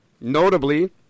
Notably